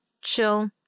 chill